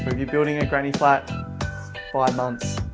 and if you're building a granny flat by months.